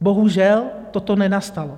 Bohužel toto nenastalo.